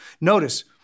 Notice